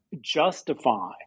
justify